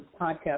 podcast